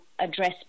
address